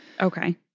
Okay